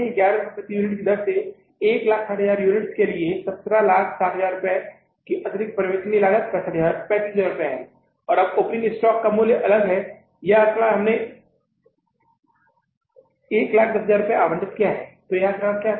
11 रुपये प्रति यूनिट की दर से 160000 यूनिट्स की दर से 1760000 अतिरिक्त परिवर्तनीय लागत 35000 है और अब यहां ओपनिंग स्टॉक का मूल्य अलग है अगर हमने यह आंकड़ा 110000 आवंटित किया तो यह आंकड़ा क्या था